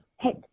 hey